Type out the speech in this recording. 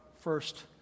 first